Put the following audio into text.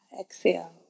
Exhale